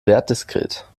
wertdiskret